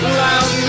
loud